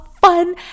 fun